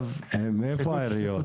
איפה העיריות?